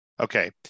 Okay